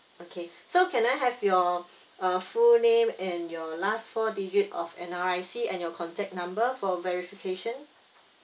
okay so can I have your uh full name and your last four digit of N_R_I_C and your contact number for verification